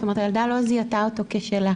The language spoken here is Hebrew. זאת אומרת הילדה לא זיהתה אותו כשלה.